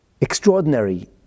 extraordinary